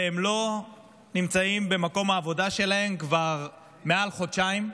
הם לא נמצאים במקום העבודה שלהם כבר מעל חודשיים.